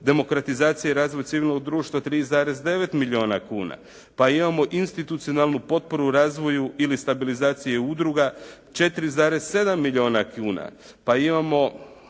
Demokratizacija i razvoj civilnog društva 3,9 milijuna kuna. Pa imamo Institucionalnu potporu u razvoju ili stabilizaciji udruga 4,7 milijuna kuna. Pa imamo